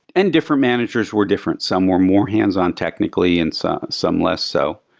and different managers were different, some were more hands-on technically and some some less so.